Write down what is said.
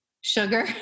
sugar